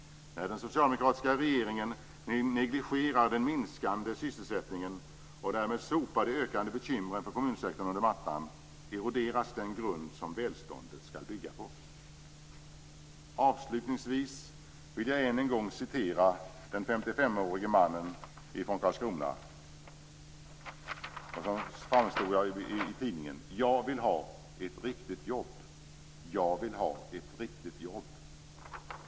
När den socialdemokratiska regeringen negligerar den minskande sysselsättningen och därmed sopar de ökande bekymren för kommunsektorn under mattan eroderas den grund som välståndet skall bygga på. Avslutningsvis vill jag än en gång citera den 55 årige mannen från Karlskrona: "Jag vill ha ett riktigt jobb! Jag vill ha ett riktigt jobb!"